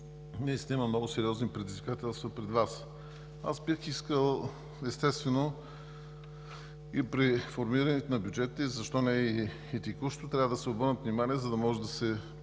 Наистина има много сериозни предизвикателства пред Вас. Бих искал, естествено, при формирането на бюджетите, а защо не и текущо, да се обърне внимание, за да може да се